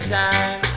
time